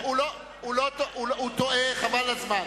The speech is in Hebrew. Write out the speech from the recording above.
הוא טועה, חבל על הזמן.